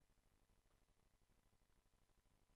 כפי